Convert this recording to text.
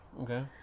Okay